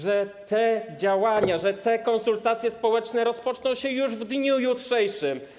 że te działania, że te konsultacje społeczne rozpoczną się już w dniu jutrzejszym.